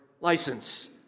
license